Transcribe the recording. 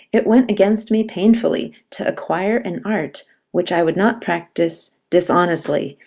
it went against me painfully to acquire an art which i would not practice dishonestly,